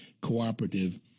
cooperative